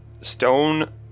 stone